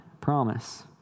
promise